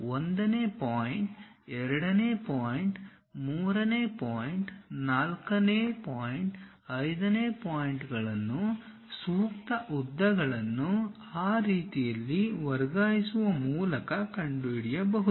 1 ನೇ ಪಾಯಿಂಟ್ 2 ನೇ ಪಾಯಿಂಟ್ 3 ನೇ 4 ನೇ 5 ನೇ ಪಾಯಿಂಟ್ಗಳನ್ನು ಸೂಕ್ತ ಉದ್ದಗಳನ್ನು ಆ ರೀತಿಯಲ್ಲಿ ವರ್ಗಾಯಿಸುವ ಮೂಲಕ ಕಂಡುಹಿಡಿಯಬಹುದು